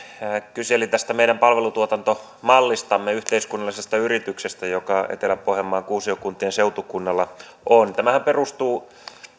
kyseli tästä meidän palvelutuotantomallistamme yhteiskunnallisesta yrityksestä joka etelä pohjanmaan kuusiokuntien seutukunnalla on tämähän perustuu